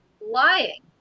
lying